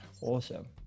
Awesome